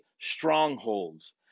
strongholds